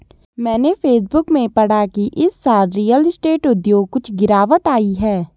मैंने फेसबुक में पढ़ा की इस साल रियल स्टेट उद्योग कुछ गिरावट आई है